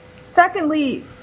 secondly